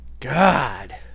God